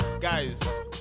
Guys